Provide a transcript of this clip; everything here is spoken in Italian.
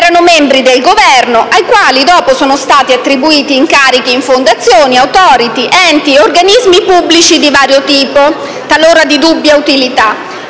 erano membri del Governo, ai quali dopo sono stati attribuiti incarichi in fondazioni, *authority*, enti ed organismi pubblici di vario tipo, talora di dubbia utilità,